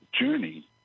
journey